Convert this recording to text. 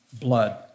blood